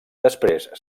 després